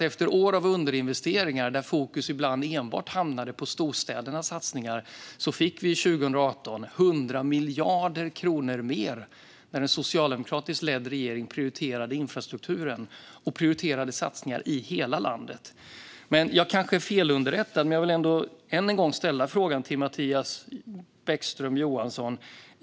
Efter år av underinvesteringar där fokus ibland enbart hamnade på storstädernas satsningar fick vi 100 miljarder kronor mer 2018, när en socialdemokratiskt ledd regering prioriterade infrastrukturen och satsningar i hela landet. Jag är kanske felunderrättad, men jag vill ändå än en gång ställa ett par frågor till Mattias Bäckström Johansson.